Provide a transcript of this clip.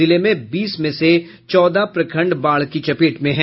जिले में बीस में से चौदह प्रखंड बाढ़ की चपेट में है